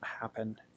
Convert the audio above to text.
happen